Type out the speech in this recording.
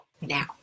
Now